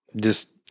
Just-